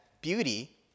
beauty